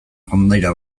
kondaira